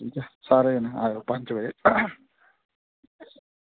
ठीक ऐ सारे जने आएओ पंज बजे